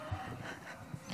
כן, העבירו אותי לקצה.